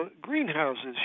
greenhouses